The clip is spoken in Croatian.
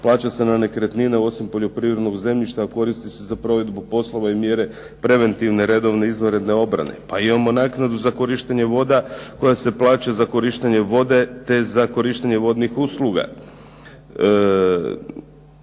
Plaća se na nekretnine osim poljoprivrednog zemljišta koristi se za provedbu poslova i mjere preventivne redovne i izvanredne obrane. Pa imamo naknadu za korištenje voda koja se plaća za korištenje vode te za korištenje vodnih usluga.